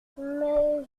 mais